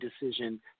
decision